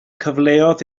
cyfleoedd